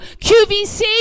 QVC